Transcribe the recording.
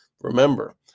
Remember